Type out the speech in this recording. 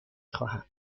خواهم